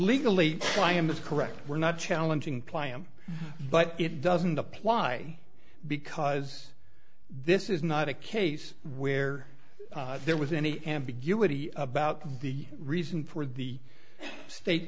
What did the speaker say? legally if i am is correct we're not challenging playa but it doesn't apply because this is not a case where there was any ambiguity about the reason for the state